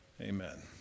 Amen